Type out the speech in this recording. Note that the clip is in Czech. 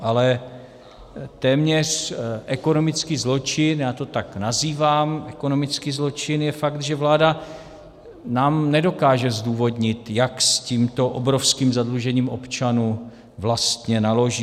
Ale téměř ekonomický zločin, já to tak nazývám, ekonomický zločin, je fakt, že vláda nám nedokáže zdůvodnit, jak s tímto obrovským zadlužením občanů vlastně naloží.